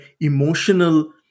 emotional